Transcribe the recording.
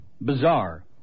bizarre